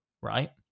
right